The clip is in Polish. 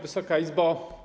Wysoka Izbo!